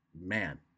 man